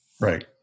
Right